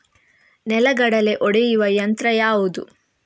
ನೆಲಗಡಲೆ ಒಡೆಯುವ ಯಂತ್ರ ಯಾವುದು?